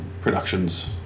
Productions